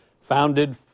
founded